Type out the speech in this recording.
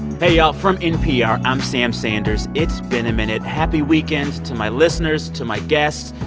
hey, y'all. from npr, i'm sam sanders. it's been a minute. happy weekend to my listeners, to my guests.